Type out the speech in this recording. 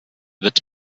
wird